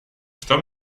что